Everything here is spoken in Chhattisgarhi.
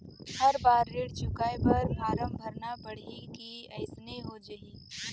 हर बार ऋण चुकाय बर फारम भरना पड़ही की अइसने हो जहीं?